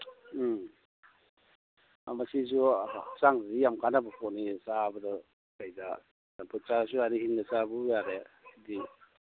ꯎꯝ ꯃꯁꯤꯁꯨ ꯍꯛꯆꯥꯡꯗꯗꯤ ꯌꯥꯝ ꯀꯥꯅꯕ ꯄꯣꯠꯅꯤ ꯆꯥꯕꯗ ꯀꯩꯗ ꯆꯝꯐꯨꯠ ꯆꯥꯔꯁꯨ ꯆꯥꯔꯔꯦ ꯍꯤꯡꯅ ꯆꯥꯕꯐꯥꯎ ꯌꯥꯔꯦ ꯁꯤꯗꯤ